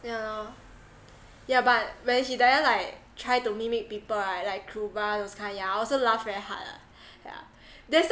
ya lor yeah but when hidayah like try to mimic people ah like kruba those kind yeah also laugh very hard ah yeah that's